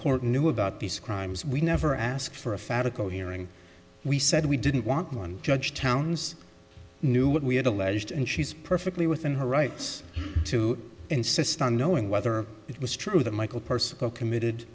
court knew about these crimes we never asked for a fattah cohering we said we didn't want one judge towns knew what we had alleged and she's perfectly within her rights to insist on knowing whether it was true that michael person committed